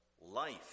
life